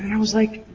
i was like,